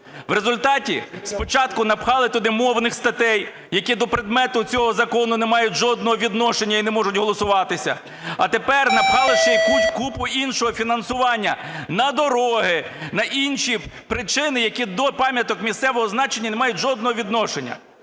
В результаті спочатку напхали туди мовних статей, які до предмету цього закону не мають жодного відношення і не можуть голосуватися. А тепер напхали ще і купу іншого фінансування на дороги, на інші причини, які до пам'яток місцевого значення не мають жодного відношення.